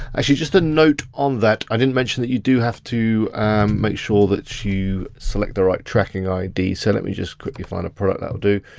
actually just a note on that, i didn't mention that you do have to make sure that you select the right tracking id, so let me just quickly find a product that'll do.